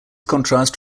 contrast